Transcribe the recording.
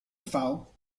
foul